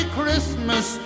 Christmas